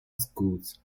schools